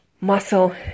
muscle